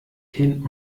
hin